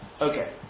Okay